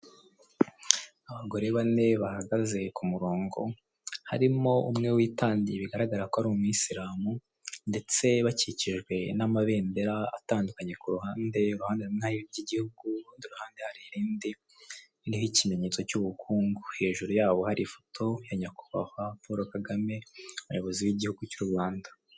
Abagore bane bahagaze ku murongo harimo umwe witandiye bigaragara ko ari umuyisiramu ndetse bakikijwe n'amabendera atandukanye ku ruhande, iruhande rumwe hari iry'igihugu urundi ruhande hari irindi ririho ikimenyetso cy'ubukungu hejuru ya hari ifoto ya nyakubahwa Paul Kagame umuyobozi w'igihugu cy'u Rwanda.